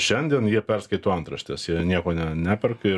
šiandien jie perskaito antraštes jie nieko ne neperka ir